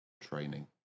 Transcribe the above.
training